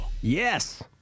Yes